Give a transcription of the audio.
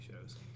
shows